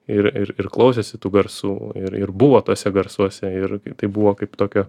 ir ir ir klausėsi tų garsų ir ir buvo tuose garsuose ir tai buvo kaip tokio